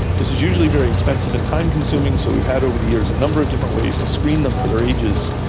this is usually very expensive and time consuming, so we've had over the years a number of different ways to screen them for their ages.